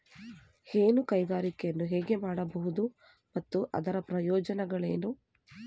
ಹೈನುಗಾರಿಕೆಯನ್ನು ಹೇಗೆ ಮಾಡಬಹುದು ಮತ್ತು ಅದರ ಪ್ರಯೋಜನಗಳೇನು?